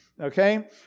okay